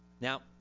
Now